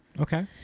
Okay